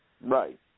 right